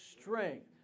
strength